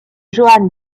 joan